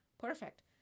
Perfect